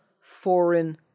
foreign